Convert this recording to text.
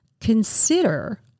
consider